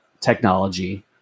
technology